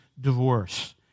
divorce